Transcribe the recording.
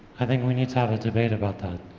i think we need to have a debate about that,